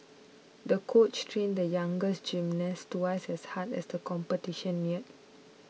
the coach trained the young gymnast twice as hard as the competition neared